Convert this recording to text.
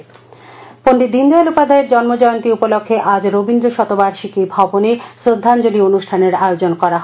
দীনদয়াল উপাধ্যায় পন্ডিত দীনদয়াল উপাধ্যায়ের জন্ম জয়ন্তী উপলক্ষে আজ রবীন্দ্র শতবার্ষিকী ভবনে শ্রদ্ধাঞ্চলি অনুষ্ঠানের আয়োজন করা হয়